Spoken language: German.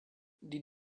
die